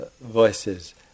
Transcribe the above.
voices